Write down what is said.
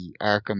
Arkham